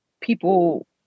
people